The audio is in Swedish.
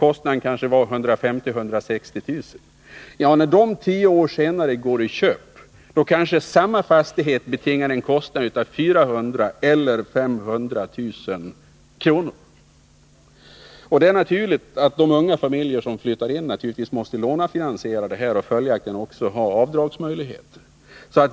Kostnaden var kanske 150 000-160 000 kr. När de tio år senare går i köp kanske samma fastighet betingar en kostnad av 400 000 eller 500 000 kr. Det är naturligt att de unga familjer som flyttar in måste lånefinansiera köpet och följaktligen också ha avdragsmöjligheter.